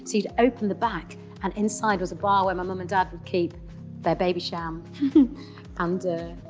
you'd open the back and inside was a bar where my mum and dad would keep their babycham ah um and